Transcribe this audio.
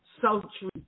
sultry